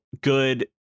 good